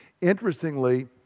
Interestingly